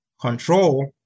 control